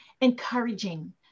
encouraging